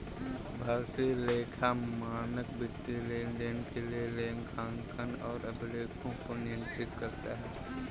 भारतीय लेखा मानक वित्तीय लेनदेन के लेखांकन और अभिलेखों को नियंत्रित करता है